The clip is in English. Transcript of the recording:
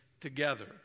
together